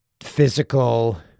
physical